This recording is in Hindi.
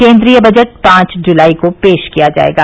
केन्द्रीय बजट पांच जुलाई को पेश किया जाएगा